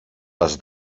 les